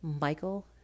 Michael